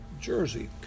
Jersey